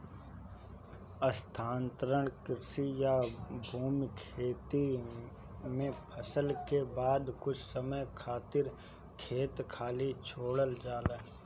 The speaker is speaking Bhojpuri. स्थानांतरण कृषि या झूम खेती में फसल के बाद कुछ समय खातिर खेत खाली छोड़ल जाला